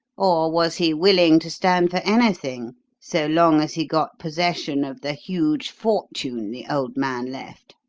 or was he willing to stand for anything so long as he got possession of the huge fortune the old man left?